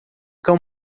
cão